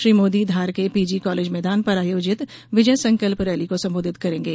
श्री मोदी धार के PG college मैदान पर आयोजित विजय संकल्प रैली को संबोधित करेंगे